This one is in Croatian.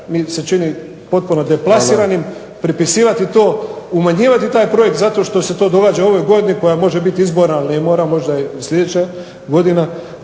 mi se čini potpuno deplasiranim pripisivati to, umanjivati taj projekt zato što se to događa u ovoj godini koja može biti izborna, ali ne mora, možda je sljedeća godina.